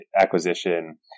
acquisition